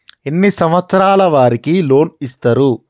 ఎన్ని సంవత్సరాల వారికి లోన్ ఇస్తరు?